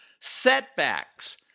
setbacks